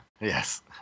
Yes